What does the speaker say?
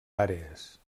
àrees